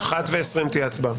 ב-13:20 תהיה ההצבעה.